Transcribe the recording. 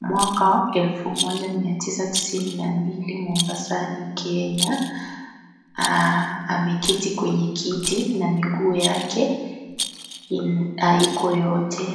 miaka 1992, Mombasani Kenya ameketi kwenye kiti na miguu yake haiko yote.